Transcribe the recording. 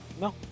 no